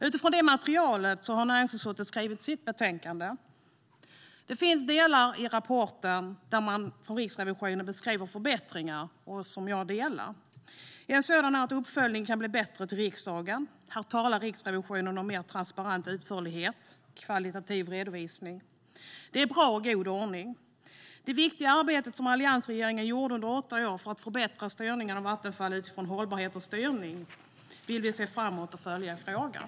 Utifrån det materialet har näringsutskottet skrivit sitt betänkande. Det finns delar i rapporten där man från Riksrevisionen beskriver förbättringar som jag instämmer i. En sådan är att uppföljningen till riksdagen kan bli bättre. Här talar Riksrevisionen om mer transparens, utförlighet och högkvalitativ redovisning. Det är bra och en god ordning. Det viktiga arbete som alliansregeringen gjorde under åtta år för att förbättra styrningen av Vattenfall AB utifrån hållbarhet och styrning vill vi se framåt, och vi följer frågan.